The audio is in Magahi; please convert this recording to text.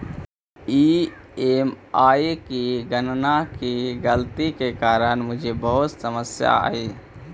ई.एम.आई की गणना की गलती के कारण मुझे बहुत समस्या आई